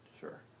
Sure